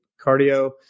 cardio